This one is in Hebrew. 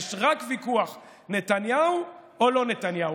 יש רק ויכוח: נתניהו או לא נתניהו.